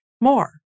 more